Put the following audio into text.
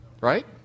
Right